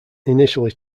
initially